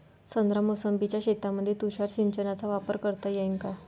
संत्रा मोसंबीच्या शेतामंदी तुषार सिंचनचा वापर करता येईन का?